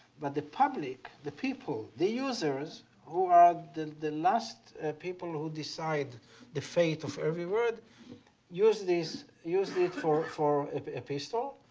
but the public the people the users who are the the last people who decide the fate of every word used this, used it for for a pistol.